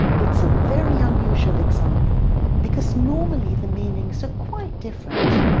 it's a very unusual example because normally the meanings are quite different.